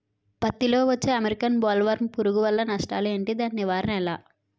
పత్తి లో వచ్చే అమెరికన్ బోల్వర్మ్ పురుగు వల్ల నష్టాలు ఏంటి? దాని నివారణ ఎలా?